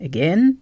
Again